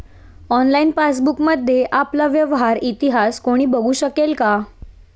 Online पासबुकमध्ये आपला व्यवहार इतिहास कोणी बघु शकेल का?